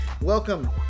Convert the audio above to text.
Welcome